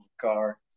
car